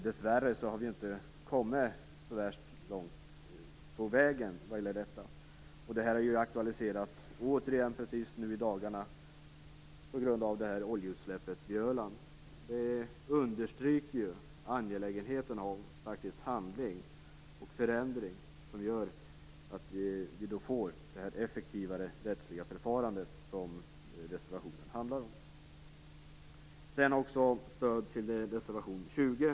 Dessvärre har vi inte kommit så värst långt på vägen vad gäller detta. Det har återigen precis nu i dagarna aktualiserats på grund av oljeutsläppet vid Öland. Det understryker angelägenheten av praktisk handling och förändring så att vi får det effektivare rättsliga förfarande som reservationen handlar om. Vi stöder också reservation 20.